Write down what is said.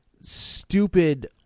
stupid